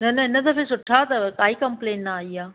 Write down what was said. न न हिन दफ़े सुठा अथव काई कमप्लेन न आई आहे